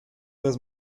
las